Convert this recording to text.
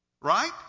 Right